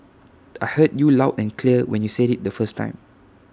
I heard you loud and clear when you said IT the first time